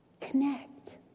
Connect